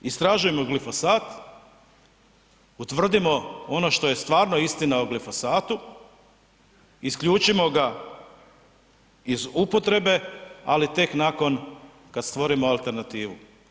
Zato istražujmo glifosat, utvrdimo ono što je stvarno istina o glifosatu, isključimo ga iz upotrebe, ali tek nakon kad stvorimo alternativu.